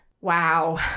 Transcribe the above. Wow